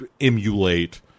emulate